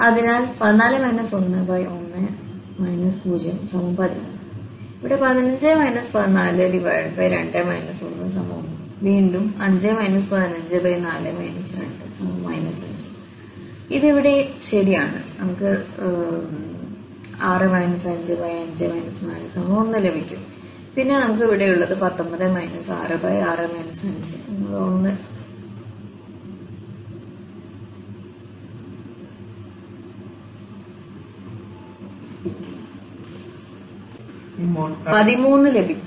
അതിനാൽ14 11 013 ഇവിടെ 15 142 11 വീണ്ടും5 154 2 5 അത് ഇവിടെ ശരിയാണ് അപ്പോൾ നമുക്ക്6 55 41 ലഭിക്കും പിന്നെ നമുക്ക് അവിടെയുള്ള 19 66 513 ലഭിക്കും